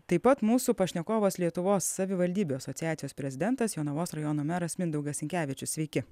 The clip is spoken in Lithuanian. taip pat mūsų pašnekovas lietuvos savivaldybių asociacijos prezidentas jonavos rajono meras mindaugas sinkevičius sveiki